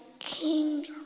King